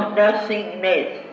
nothingness